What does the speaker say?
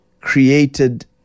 created